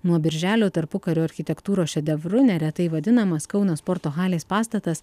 nuo birželio tarpukario architektūros šedevru neretai vadinamas kauno sporto halės pastatas